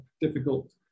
difficult